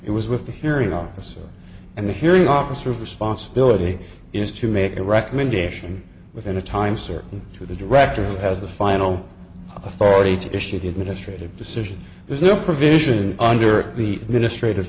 it was with the hearing officer and the hearing officer of responsibility is to make a recommendation within a time certain to the director who has the final authority to issue the administrative decision there's no provision under the ministry of